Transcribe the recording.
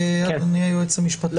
אדוני היועץ המשפטי,